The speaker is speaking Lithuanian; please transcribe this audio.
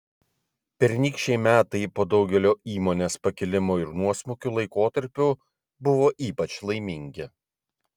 pernykščiai metai po daugelio įmonės pakilimų ir nuosmukių laikotarpių buvo ypač laimingi